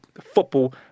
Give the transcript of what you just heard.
football